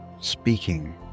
speaking